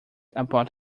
about